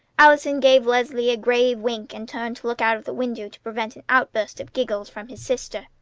allison gave leslie a grave wink, and turned to look out of the window to prevent an outburst of giggles from his sister.